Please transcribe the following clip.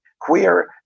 queer